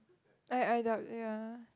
I I doubt ya